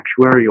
actuarial